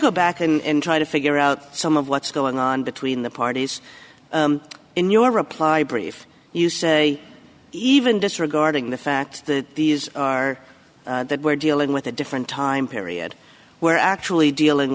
go back in try to figure out some of what's going on between the parties in your reply brief you say even disregarding the fact the these are that we're dealing with a different time period we're actually dealing